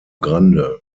grande